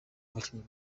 bakinnyi